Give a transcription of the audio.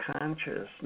consciousness